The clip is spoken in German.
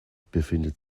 befindet